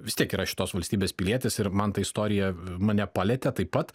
vis tiek yra šitos valstybės pilietis ir man ta istorija mane palietė taip pat